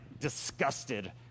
disgusted